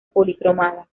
policromada